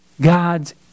God's